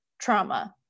trauma